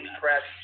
press